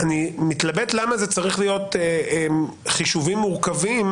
אני מתלבט למה אלה צריכים להיות חישובים מורכבים